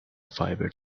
fiber